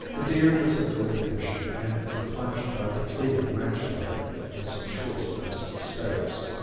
the deer was in good condition and replenished our depleted ranch larder with some choice venison steaks.